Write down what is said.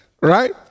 right